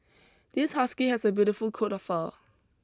this husky has a beautiful coat of fur